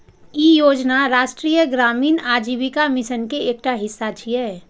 ई योजना राष्ट्रीय ग्रामीण आजीविका मिशन के एकटा हिस्सा छियै